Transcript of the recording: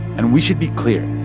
and we should be clear,